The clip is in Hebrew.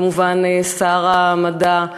כמובן, שר המדע,